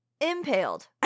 impaled